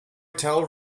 tell